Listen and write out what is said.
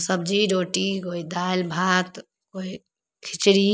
सब्जी रोटी कोइ दालि भात कोइ खिचड़ी